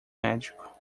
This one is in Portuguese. médico